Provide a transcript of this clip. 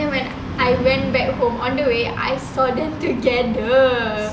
when I went back home on the way I saw them together